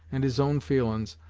and his own feelin's,